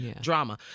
drama